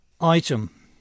Item